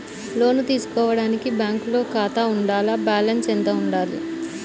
లోను తీసుకోవడానికి బ్యాంకులో ఖాతా ఉండాల? బాలన్స్ ఎంత వుండాలి?